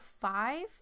five